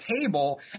table